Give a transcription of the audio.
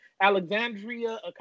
Alexandria